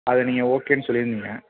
அது நீங்கள் ஓகேன்னு சொல்லிருந்தீங்கள்